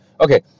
Okay